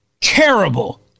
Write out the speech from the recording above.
terrible